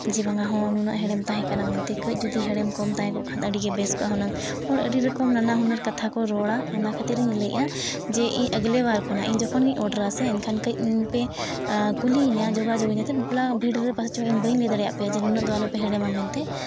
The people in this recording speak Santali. ᱡᱮ ᱵᱟᱝ ᱟ ᱱᱩᱱᱟᱹᱜ ᱦᱮᱬᱮᱢ ᱛᱟᱦᱮᱸ ᱠᱟᱱᱟᱢᱮᱱᱛᱮᱫ ᱠᱟᱹᱡ ᱡᱩᱫᱤ ᱦᱮᱬᱮᱢ ᱠᱚᱢ ᱛᱟᱦᱮᱱ ᱠᱚᱜ ᱠᱷᱟᱱ ᱟᱹᱰᱤ ᱜᱮ ᱵᱮᱥ ᱠᱚᱜᱼᱟ ᱦᱩᱱᱟᱜ ᱦᱚᱲ ᱟᱹᱰᱤ ᱨᱚᱠᱚᱢ ᱱᱟᱱᱟ ᱦᱩᱱᱟᱹᱨ ᱠᱟᱛᱷᱟ ᱠᱚ ᱨᱚᱲᱟ ᱚᱱᱟ ᱠᱷᱟᱹᱛᱤᱨ ᱤᱧ ᱞᱟᱹᱭᱮᱜᱼᱟ ᱡᱮ ᱤᱧ ᱟᱹᱜᱽᱞᱮ ᱵᱟᱨ ᱠᱷᱚᱱᱟᱜ ᱤᱧ ᱡᱚᱠᱷᱚᱱ ᱜᱮᱧ ᱚᱰᱟᱨᱟᱥᱮ ᱮᱱᱠᱷᱟᱱ ᱤᱧ ᱯᱮ ᱠᱩᱞᱤᱭᱮᱧᱟ ᱡᱳᱜᱟᱳᱜ ᱟᱹᱧᱟ ᱡᱮ ᱵᱟᱯᱞᱟ ᱵᱷᱤᱲ ᱨᱮ ᱯᱟᱪᱮᱫᱪᱚᱝ ᱤᱧ ᱵᱟᱹᱧ ᱞᱟᱹᱭ ᱫᱟᱲᱮᱭᱟᱜ ᱯᱮᱭᱟ ᱡᱮ ᱱᱩᱱᱟᱹᱜ ᱫᱚ ᱟᱞᱚ ᱯᱮ ᱦᱮᱬᱟᱢᱟ ᱢᱮᱱᱛᱮ